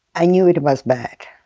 i knew it it was bad.